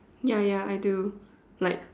ya ya I do like